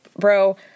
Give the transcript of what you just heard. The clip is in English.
Bro